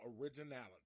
originality